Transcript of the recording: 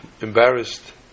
embarrassed